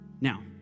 Now